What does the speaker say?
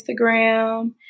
Instagram